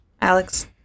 alex